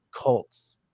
cults